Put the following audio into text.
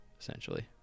essentially